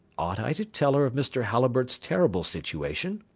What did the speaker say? ought i to tell her of mr. halliburtt's terrible situation?